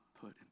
put